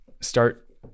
start